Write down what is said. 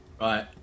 Right